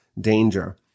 Danger